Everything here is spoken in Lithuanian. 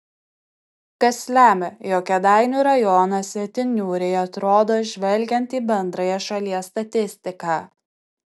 kas lemia jog kėdainių rajonas itin niūriai atrodo žvelgiant į bendrąją šalies statistiką